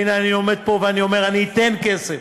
והנה, אני עומד פה ואני אומר: אני אתן כסף,